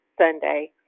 Sunday